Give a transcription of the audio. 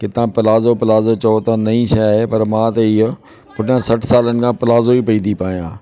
कि तव्हां palazzo palazzo चओ था नईं शइ आहे पर मां त इहा पुठियां सठ सालनि खां प्लाज़ो ई पई ती पाइयां